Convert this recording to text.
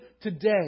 today